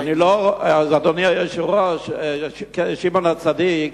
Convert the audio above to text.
"מזרח-ירושלים" אדוני היושב-ראש, שמעון-הצדיק